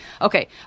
Okay